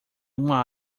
uma